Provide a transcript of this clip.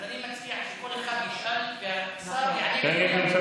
אז אני מציע שכל אחד ישאל והשר יענה לכולם.